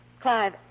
Clive